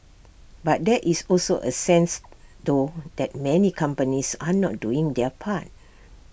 but there is also A sense though that many companies are not doing their part